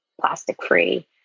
plastic-free